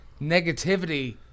negativity